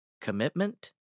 commitment